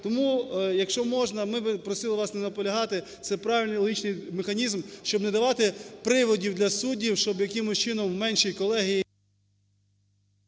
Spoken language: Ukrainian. Тому, якщо можна, ми би просили вас не наполягати. Це правильний, логічний механізм, щоб не давати приводів для суддів, щоб якимось чином в меншій колегії…